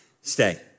Stay